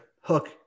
Hook